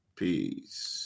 Peace